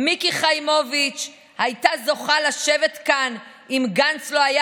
מיקי חיימוביץ' הייתה זוכה לשבת כאן אם גנץ לא היה